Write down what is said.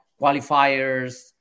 qualifiers